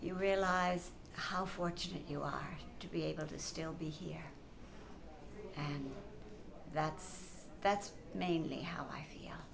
realize how fortunate you are to be able to still be here and that's that's mainly how i fee